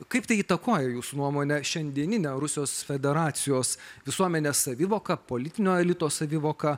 kaip tai įtakoja jūsų nuomone šiandieninę rusijos federacijos visuomenės savivoką politinio elito savivoką